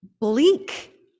bleak